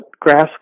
grass